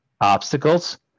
obstacles